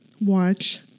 watch